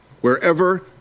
wherever